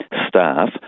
staff